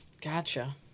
Gotcha